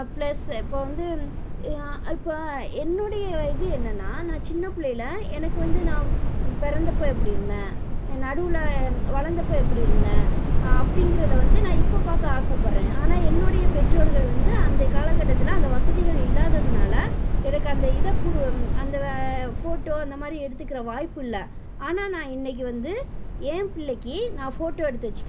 plus இப்போது வந்து yeah இப்போ என்னுடைய இது என்னென்னா நான் சின்ன பிள்ளைல எனக்கு வந்து நான் பிறந்தப்போ எப்படி இருந்தேன் நடுவில் வளர்ந்தப்ப எப்படி இருந்தேன் அப்படிங்குறத வந்து நான் இப்போ பார்க்க ஆசைப்பட்றேன் ஆனால் என்னுடைய பெற்றோர்கள் வந்து அந்தே காலகட்டத்தில் அந்த வசதிகள் இல்லாததுனால் எனக்கு அந்த இதை குடு அந்த ஃபோட்டோ அந்த மாதிரி எடுத்துக்கிற வாய்ப்பில்ல ஆனால் நான் இன்றைக்கி வந்து என் பிள்ளக்கு நான் ஃபோட்டோ எடுத்து வெச்சுக்குறேன்